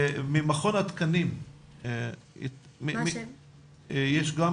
ממכון התקנים יש גם